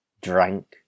drank